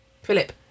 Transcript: Philip